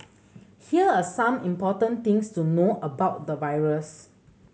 here are some important things to know about the virus